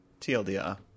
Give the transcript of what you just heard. TLDR